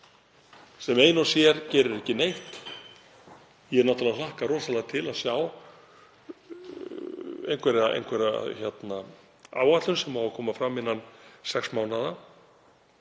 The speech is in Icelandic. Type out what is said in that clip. sem ein og sér gerir ekki neitt. Ég hlakka náttúrlega rosalega til að sjá einhverja áætlun sem á að koma fram innan sex mánaða.